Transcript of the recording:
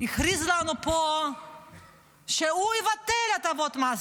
הכריז לנו פה שהוא יבטל את הטבות המס